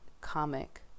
comic